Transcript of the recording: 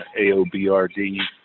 AOBRD